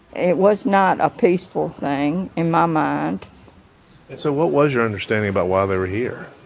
it was not a peaceful thing in my mind and so what was your understanding about why they were here?